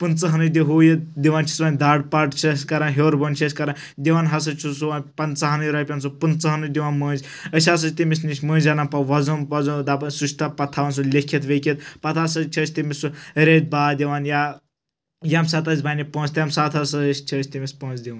پٕنژٕ ہنٕے دِ ہوٗ یہِ دِوان چھِس وۄنۍ دڑ پڑ چھس أسۍ کران ہوٚر بۄن چھِ أسۍ کران دِوان ہَسا چھُ سُہ وۄنۍ پنژہنٕے رۄپین سُہ پٕنژٕہنٕے دِوان مٔنٛزۍ أسۍ ہَسا چھِ تٔمس نِش مٔنٛزۍ انان پَتہٕ وَزُم پَزُم دَپان سُہ چھُ پَتہٕ تَھوان لیکھِتھ ویکھِتھ پَتہٕ ہَسا چھِ أسۍ تٔمس سُہ رٮ۪تھۍ باد دِوان یا ییٚمہِ ساتہٕ اسہِ بنہِ پونسہٕ تمہِ ساتہٕ ہسا چھ، أسۍ تٔمِس پونٛسہٕ دِوان